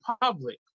public